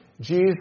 Jesus